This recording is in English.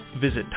Visit